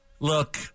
Look